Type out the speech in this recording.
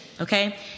Okay